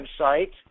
website